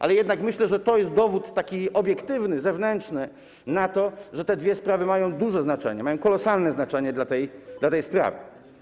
Ale jednak myślę, że to jest taki obiektywny, zewnętrzny dowód na to, że te dwie sprawy mają duże znaczenie, mają kolosalne znaczenie dla tej sprawy.